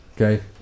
Okay